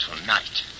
Tonight